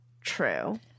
true